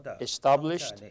established